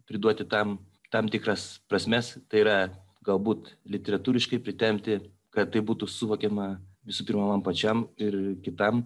priduoti tam tam tikras prasmes tai yra galbūt literatūriškai pritempti kad tai būtų suvokiama visų pirma man pačiam ir kitam